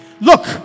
Look